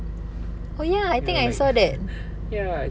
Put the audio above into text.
ya